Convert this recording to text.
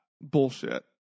bullshit